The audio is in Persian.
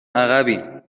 عقبیم